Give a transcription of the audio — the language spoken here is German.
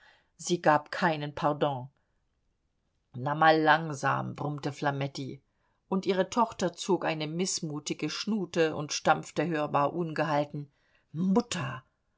sie gab keinen pardon na mal langsam brummte flametti und ihre tochter zog eine mißmutige schnute und stampfte hörbar ungehalten mutter